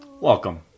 Welcome